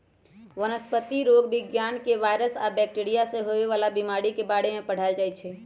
वनस्पतिरोग विज्ञान में वायरस आ बैकटीरिया से होवे वाला बीमारी के बारे में पढ़ाएल जाई छई